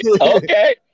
Okay